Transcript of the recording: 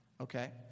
Okay